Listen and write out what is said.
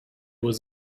was